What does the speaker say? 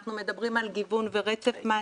אנחנו מדברים על גיוון ורצף מענים,